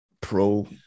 pro-